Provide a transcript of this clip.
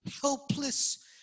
Helpless